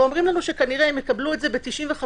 אומרים לנו שכנראה יקבלו את זה ב-95%.